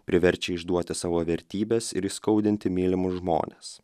priverčia išduoti savo vertybes ir įskaudinti mylimus žmones